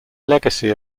legacy